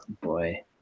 boy